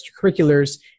extracurriculars